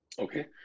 Okay